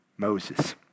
Moses